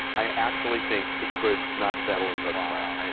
i actually think it could not settle and go to trial. and